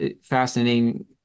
fascinating